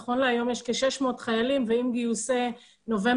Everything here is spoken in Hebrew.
נכון להיום יש 600 חיילים ועם גיוסי נובמבר-דצמבר